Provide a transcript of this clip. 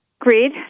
agreed